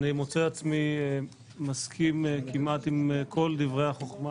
אני מוצא עצמי מסכים כמעט עם כל דברי החוכמה